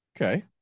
Okay